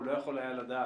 הוא לא יכול היה לדעת